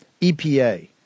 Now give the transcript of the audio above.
EPA